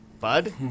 bud